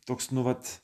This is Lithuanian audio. toks nu vat